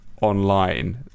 online